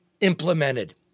implemented